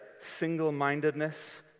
single-mindedness